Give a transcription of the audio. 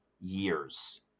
years